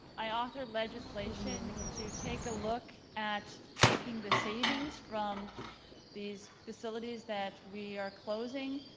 i authored legislation to take a look at taking the savings from these facilities that we are closing,